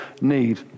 need